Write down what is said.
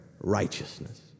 righteousness